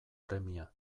premia